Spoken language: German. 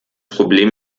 problem